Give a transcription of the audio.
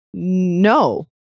No